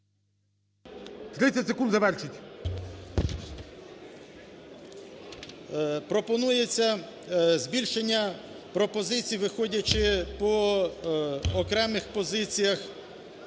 30 секунд. Завершіть. МЕЛЬНИК С.І. Пропонується збільшення пропозицій, виходячи по окремих позиціях,